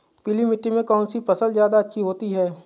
पीली मिट्टी में कौन सी फसल ज्यादा अच्छी होती है?